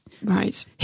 Right